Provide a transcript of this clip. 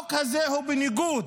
החוק הזה הוא בניגוד